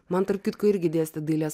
man tarp kitko irgi dėstė dailės